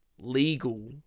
legal